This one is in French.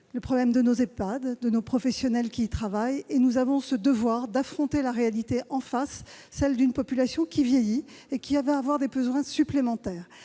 les problèmes de nos Ehpad et des professionnels qui y travaillent. Nous avons le devoir d'affronter en face la réalité d'une population qui vieillit et qui va avoir des besoins supplémentaires.